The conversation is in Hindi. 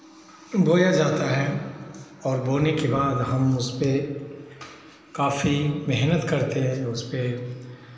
बोया जाता है और बोने के बाद हम उस पर काफी मेहनत करते हैं उस पे